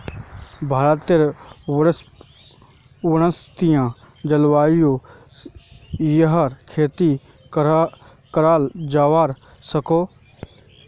भारतेर पर्वतिये जल्वायुत याहर खेती कराल जावा सकोह